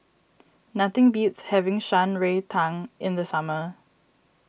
nothing beats having Shan Rui Tang in the summer